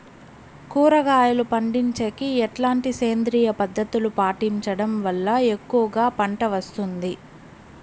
కూరగాయలు పండించేకి ఎట్లాంటి సేంద్రియ పద్ధతులు పాటించడం వల్ల ఎక్కువగా పంట వస్తుంది?